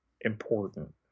important